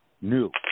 new